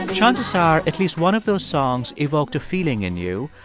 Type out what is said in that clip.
and chances are, at least one of those songs evoked a feeling in you,